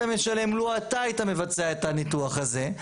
משלם לו אתה היית מבצע את הניתוח הזה.